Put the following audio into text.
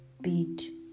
beat